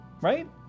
right